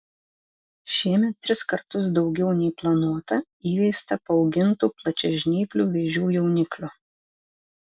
šiemet tris kartus daugiau nei planuota įveista paaugintų plačiažnyplių vėžių jauniklių